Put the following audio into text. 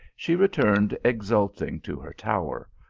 she re turned exulting to her tower,